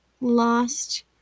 lost